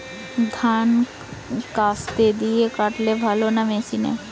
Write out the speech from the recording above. ধান কাস্তে দিয়ে কাটলে ভালো না মেশিনে?